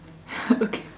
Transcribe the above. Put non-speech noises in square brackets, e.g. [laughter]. [laughs] okay